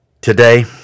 today